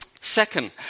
Second